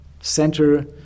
center